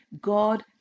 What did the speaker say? God